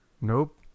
Nope